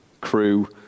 crew